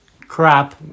crap